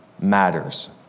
matters